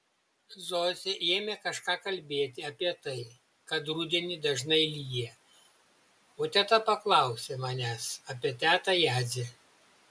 zosė ėmė kažką kalbėti apie tai kad rudenį dažnai lyja o teta paklausė manęs apie tetą jadzę